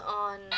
on